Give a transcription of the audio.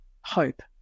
hope